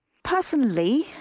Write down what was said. personally,